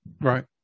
Right